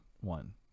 one